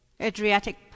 Adriatic